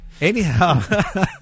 Anyhow